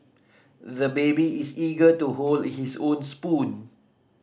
the baby is eager to hold his own spoon